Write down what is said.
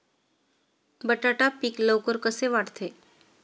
बटाटा पीक लवकर कसे वाढते?